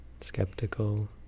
skeptical